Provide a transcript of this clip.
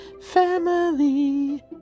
family